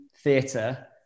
theatre